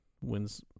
wins